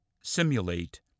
simulate